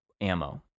ammo